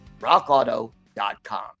rockauto.com